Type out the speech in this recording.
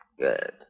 Good